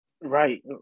Right